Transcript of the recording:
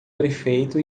prefeito